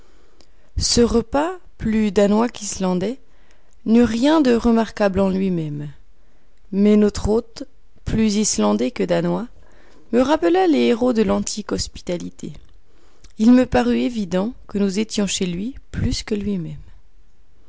ce repas plus danois qu'islandais n'eut rien de remarquable en lui-même mais notre hôte plus islandais que danois me rappela les héros de l'antique hospitalité il me parut évident que nous étions chez lui plus que lui-même